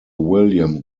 william